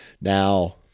now